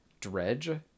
Dredge